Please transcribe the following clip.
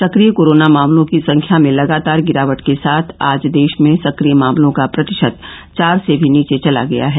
सक्रिय कोरोना मामलों की संख्या में लगातार गिरावट के साथ आज देश में सक्रिय मामलों का प्रतिशत चार से भी नीचे चला गया है